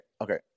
Okay